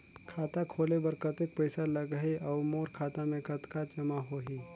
खाता खोले बर कतेक पइसा लगही? अउ मोर खाता मे कतका जमा होही?